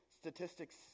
statistics